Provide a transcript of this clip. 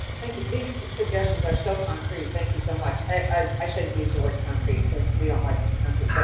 thank you. these suggestions are so concrete, thank you so much. i shouldn't use the word concrete because we don't like concrete.